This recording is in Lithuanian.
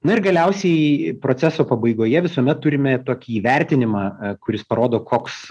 na ir galiausiai proceso pabaigoje visuomet turime tokį įvertinimą kuris parodo koks